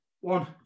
One